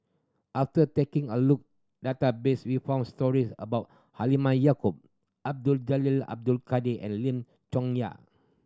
after taking a look database we found stories about Halimah Yacob Abdul Jalil Abdul Kadir and Lim Chong Yah